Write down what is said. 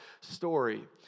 story